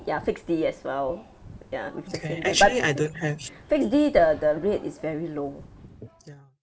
ya fixed D as well ya with the same bank but fixed D the the rate is very low